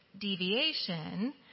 deviation